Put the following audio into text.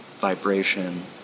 vibration